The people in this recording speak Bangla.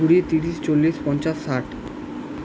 কুড়ি তিরিশ চল্লিশ পঞ্চাশ ষাট